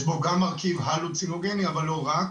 יש בו גם מרכיב הלוצינוגני, אבל לא רק.